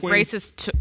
racist